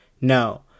No